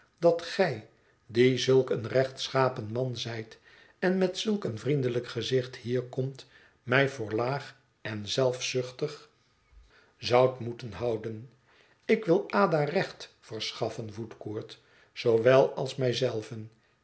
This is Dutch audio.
dat gij die zulk een rechtschapen man zijt en met zulk een vriendelijk gezicht hier komt mij voor laag en zelfzuchtig zoudt moeten houden ik wil ada recht verschaffen woudcourt zoowel als mij